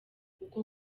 uko